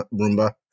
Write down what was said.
Roomba